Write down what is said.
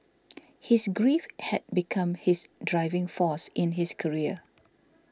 his grief had become his driving force in his career